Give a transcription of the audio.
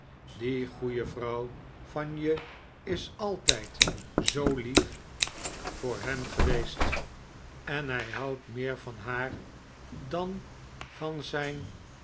die goeie vrouw van je is altijd zoo lief voor hem geweest en hij houdt meer van haar dan van zijn